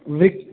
विक्ट्